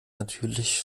natürlich